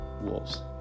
wolves